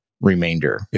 remainder